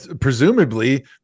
presumably